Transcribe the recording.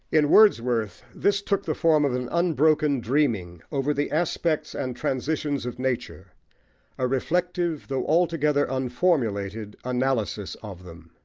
in wordsworth this took the form of an unbroken dreaming over the aspects and transitions of nature a reflective, though altogether unformulated, analysis of them.